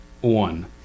one